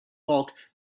bulk